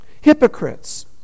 Hypocrites